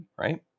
right